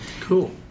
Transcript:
Cool